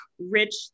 Rich